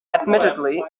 admittedly